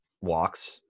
walks